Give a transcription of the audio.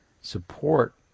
support